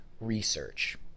research